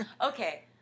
okay